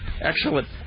Excellent